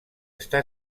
està